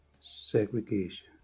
segregation